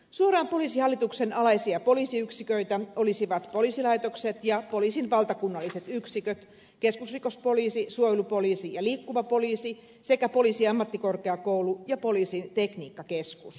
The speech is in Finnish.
suoraan poliisihallituksen alaisia poliisiyksiköitä olisivat poliisilaitokset ja poliisin valtakunnalliset yksiköt keskusrikospoliisi suojelupoliisi ja liikkuva poliisi sekä poliisiammattikorkeakoulu ja poliisin tekniikkakeskus